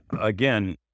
Again